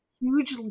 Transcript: huge